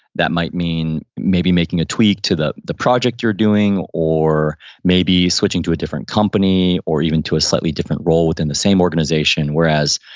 that might mean maybe making a tweak to the the project you're doing or maybe switching to a different company or even to a slightly different role within the same organization. whereas,